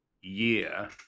year